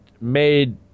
made